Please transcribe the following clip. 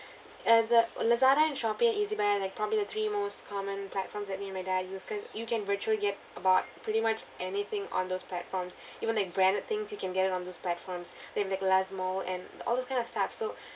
and the lazada and shopee and ezbuy are like probably the three most common platforms that me and my dad use cause you can virtually get about pretty much anything on those platforms even like branded things you can get it on those platforms they have like laz mall and all those kind of stuff so